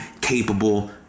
capable